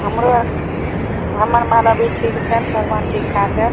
हमरो हमर माल अभी ठीक छनि भगवानके इक्षा से